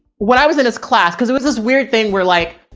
when i was in his class, cause it was this weird thing where like